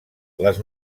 les